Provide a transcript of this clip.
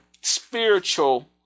spiritual